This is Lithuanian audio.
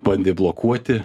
bandė blokuoti